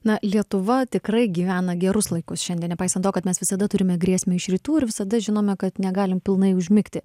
na lietuva tikrai gyvena gerus laikus šiandien nepaisant to kad mes visada turime grėsmę iš rytų ir visada žinome kad negalim pilnai užmigti